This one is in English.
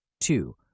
Two